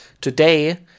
today